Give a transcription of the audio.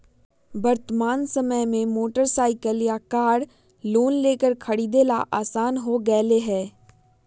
वर्तमान समय में मोटर साईकिल या कार लोन लेकर खरीदे ला आसान हो गयले है